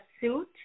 suit